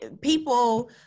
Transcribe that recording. people